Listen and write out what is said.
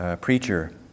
preacher